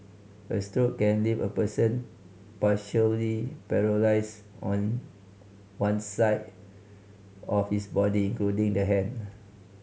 a stroke can leave a person partially paralysed on one side of his body including the hand